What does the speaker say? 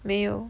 没有